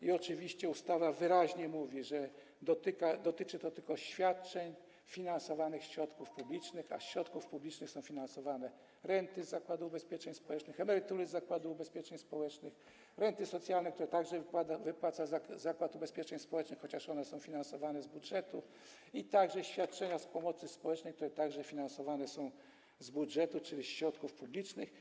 I oczywiście ustawa wyraźnie mówi, że dotyczy to tych oświadczeń finansowanych ze środków publicznych, a ze środków publicznych są finansowane: renty z Zakładu Ubezpieczeń Społecznych, emerytury z Zakładu Ubezpieczeń Społecznych, renty socjalne, które także wypłaca Zakład Ubezpieczeń Społecznych, chociaż one są finansowane z budżetu, i świadczenia z pomocy społecznej, które także finansowane są z budżetu, czyli ze środków publicznych.